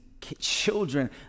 children